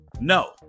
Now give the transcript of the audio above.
No